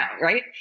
Right